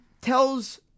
tells